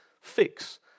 fix